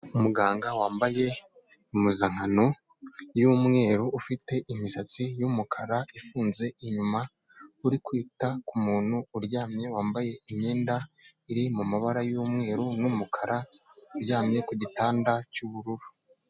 Umuganga wambaye impuzankano y'umweru, ufite imisatsi y'umukara ifunze inyuma, uri kwita ku muntu uryamye wambaye imyenda iri mu mabara y'umweru n'umukara, uryamye ku gitanda cy'ubururu.